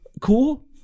cool